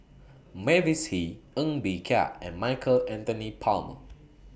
Mavis Hee Ng Bee Kia and Michael Anthony Palmer